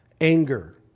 anger